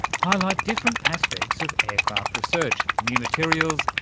highlight different aspects of aircraft research, new materials,